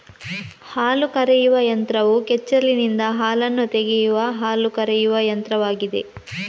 ಹಾಲು ಕರೆಯುವ ಯಂತ್ರವು ಕೆಚ್ಚಲಿನಿಂದ ಹಾಲನ್ನು ತೆಗೆಯುವ ಹಾಲು ಕರೆಯುವ ಯಂತ್ರವಾಗಿದೆ